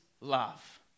love